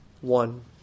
one